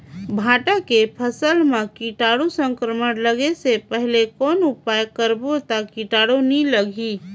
भांटा के फसल मां कीटाणु संक्रमण लगे से पहले कौन उपाय करबो ता कीटाणु नी लगही?